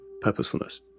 purposefulness